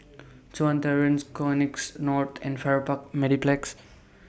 Chuan Terrace Connexis North and Farrer Park Mediplex